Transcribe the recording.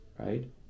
Right